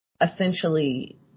essentially